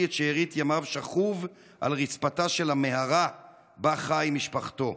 את שארית ימיו שכוב על רצפתה של המערה שבה חי עם משפחתו.